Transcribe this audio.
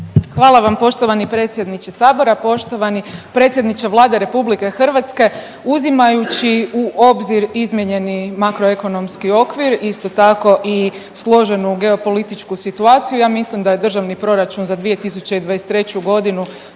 Hvala vam poštovani predsjedniče Sabora, poštovani predsjedniče Vlade RH. Uzimajući u obzir izmijenjeni makroekonomski okvir, isto tako i složenu geopolitičku situaciju, ja mislim da je državni proračun za 2023. g.